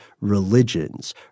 religions